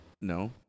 No